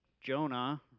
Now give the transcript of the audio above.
Jonah